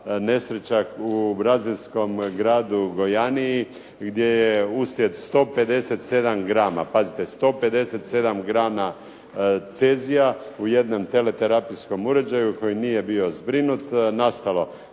nesreća u brazilskom gradu Gvajani gdje je uslijed 157 grama cezija u jednom teleterapijskom uređaju koji nije bio zbrinut nastalo